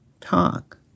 talk